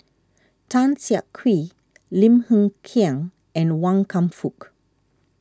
Tan Siak Kew Lim Hng Kiang and Wan Kam Fook